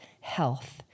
health